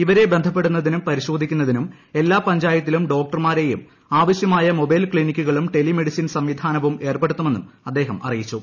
ഇവരെ ബന്ധപ്പെടുന്നതിനും പരിശോധിക്കുന്നതിനും എല്ലാ പഞ്ചായത്തിലും ഡോക്ടർമാരെയും ആവശ്യമായ മൊബൈൽ ക്ളിനിക്കുകളും ടെലി മെഡിസിൻ സംവിധാനവും ഏർപ്പെടുത്തു മെന്നും അദ്ദേഹം അറിയിച്ചു